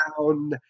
down –